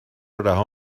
رها